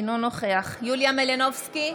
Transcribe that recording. אינו נוכח יוליה מלינובסקי,